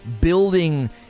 building